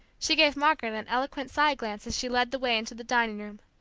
she gave margaret an eloquent side glance as she led the way into the dining-room.